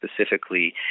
specifically